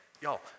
y'all